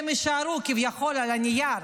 שהם יישארו על הנייר,